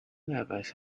advise